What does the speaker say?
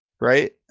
right